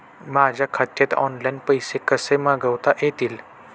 माझ्या खात्यात ऑनलाइन पैसे कसे मागवता येतील?